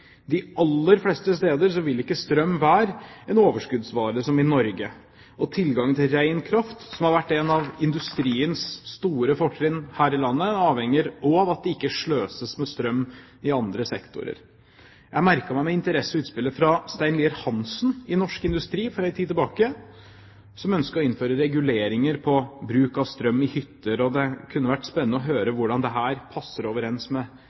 De aller fleste steder vil ikke strøm være en overskuddsvare som i Norge. Tilgangen til rein kraft, som har vært en av industriens store fortrinn her i landet, avhenger av at det ikke sløses med strøm i andre sektorer. Jeg merket meg med interesse utspillet fra Stein Lier-Hansen i Norsk Industri for en tid tilbake. Han ønsker å innføre reguleringer på bruk av strøm i hytter. Det kunne vært spennende å høre hvordan dette passer overens med